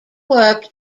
work